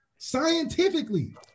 Scientifically